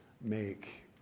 make